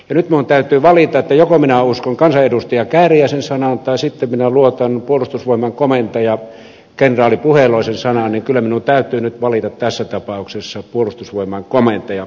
nyt kun minun täytyy valita että joko minä uskon kansanedustaja kääriäisen sanaan tai sitten minä luotan puolustusvoimain komentajan kenraali puheloisen sanaan niin kyllä minun täytyy nyt valita tässä tapauksessa puolustusvoimain komentaja